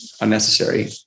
unnecessary